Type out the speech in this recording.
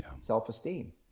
self-esteem